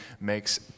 makes